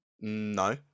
No